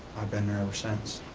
i've been there ever since.